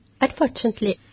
Unfortunately